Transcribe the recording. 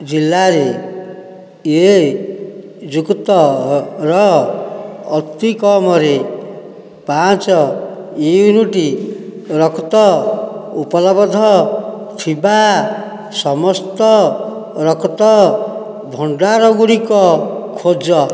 ଜିଲ୍ଲାରେ ଏ ଯୁକ୍ତର ଅତିକମ୍ରେ ପାଞ୍ଚ ୟୁନିଟ୍ ରକ୍ତ ଉପଲବ୍ଧ ଥିବା ସମସ୍ତ ରକ୍ତ ଭଣ୍ଡାରଗୁଡ଼ିକ ଖୋଜ